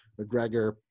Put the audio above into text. McGregor